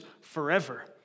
forever